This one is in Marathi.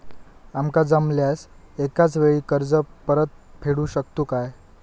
आमका जमल्यास एकाच वेळी कर्ज परत फेडू शकतू काय?